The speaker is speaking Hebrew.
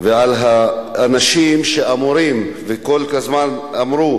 ועל האנשים שכל הזמן אמרו